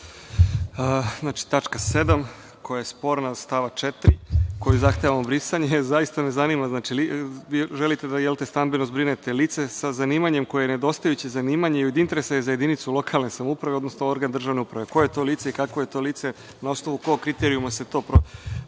Znači, tačka 7) je sporna, stava 4. koju zahtevamo da se briše. Zaista me zanima, vi želite da stambeno zbrinete lice sa zanimanjem koje je nedostajuće zanimanje i od interesa je za jedinicu lokalne samouprave, odnosno organ državne uprave. Koje je to lice i kakvo je to lice? Na osnovu kog kriterijuma se to propisuje